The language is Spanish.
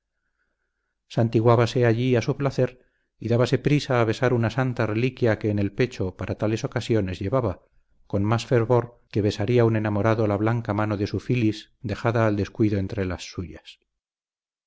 infundían santiguábase allí a su placer y dábase prisa a besar una santa reliquia que en el pecho para tales ocasiones llevaba con más fervor que besaría un enamorado la blanca mano de su filis dejada al descuido entre las suyas